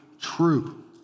true